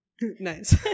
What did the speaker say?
Nice